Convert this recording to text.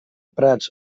prats